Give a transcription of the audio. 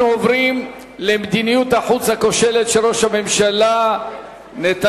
אנחנו עוברים לנושא: מדיניות החוץ הכושלת של ראש הממשלה נתניהו,